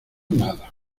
nada